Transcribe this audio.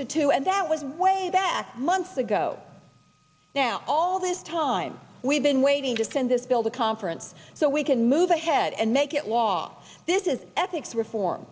to two and that was way back months ago now all this time we've been waiting to send this bill to conference so we can move ahead and make it law this is ethics reform